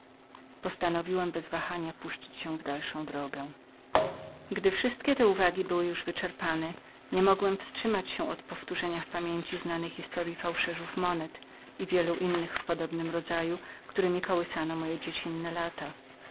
bez wahania puścić się w dalszą drogę wszystkie te uwagi były już wyczerpane niemogłem wstrzymać się od powtórzenia w pamięci znanej historyi fałszerzów monet i wielu innych w podobnym rodzaju któremi kołysano moje dziecinne lata